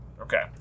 Okay